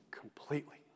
completely